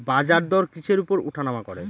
বাজারদর কিসের উপর উঠানামা করে?